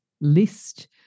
list